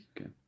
Okay